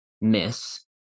miss